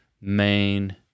main